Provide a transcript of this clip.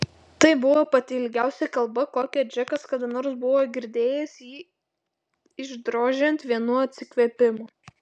tai buvo pati ilgiausia kalba kokią džekas kada nors buvo girdėjęs jį išdrožiant vienu atsikvėpimu